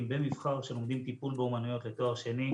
במבח"ר שלומדים טיפול באמנויות לתואר שני.